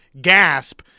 gasp